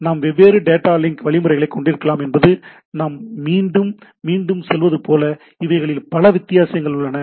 நாம் வெவ்வேறு data link வழிமுறைகளைக் கொண்டிருக்கலாம் என்பது நான் மீண்டும் மீண்டும் சொல்வது போல இவைகளில் பல வித்தியாசங்கள் உள்ளன